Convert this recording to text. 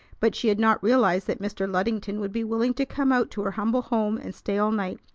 but she had not realized that mr. luddington would be willing to come out to her humble home and stay all night.